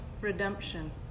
redemption